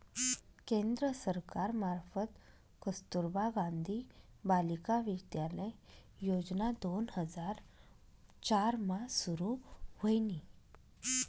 केंद्र सरकार मार्फत कस्तुरबा गांधी बालिका विद्यालय योजना दोन हजार चार मा सुरू व्हयनी